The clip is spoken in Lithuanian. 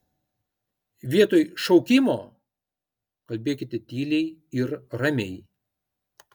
vietoj šaukimo kalbėkite tyliai ir ramiai